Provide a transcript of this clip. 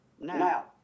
Now